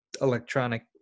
electronic